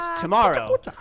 tomorrow